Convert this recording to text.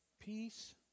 peace